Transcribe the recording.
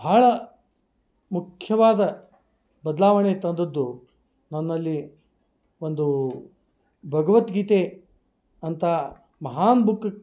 ಭಾಳ ಮುಖ್ಯವಾದ ಬದಲಾವಣೆ ತಂದದ್ದು ನನ್ನಲ್ಲಿ ಒಂದು ಭಗವತ್ ಗೀತೆ ಅಂಥ ಮಹಾನ್ ಬುಕ್